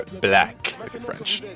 blehck in french.